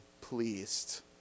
pleased